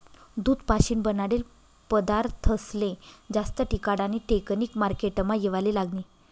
दूध पाशीन बनाडेल पदारथस्ले जास्त टिकाडानी टेकनिक मार्केटमा येवाले लागनी